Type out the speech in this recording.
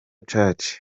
church